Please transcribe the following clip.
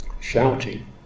shouting